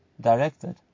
directed